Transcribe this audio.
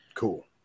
Cool